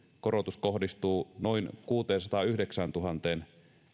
korotus kohdistuu noin kuuteensataanyhdeksääntuhanteen